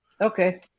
okay